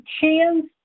chance